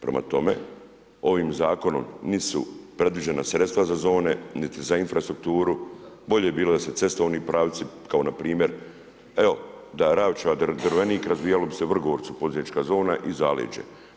Prema tome, ovim zakonom nit su predviđena sredstva za zone, niti za infrastrukturu, bolje bilo da se cestovni pravci kao npr. evo da je Ravča-Drvenik, razvijala bi se u Vrgorcu poduzetnička zona i zaleđe.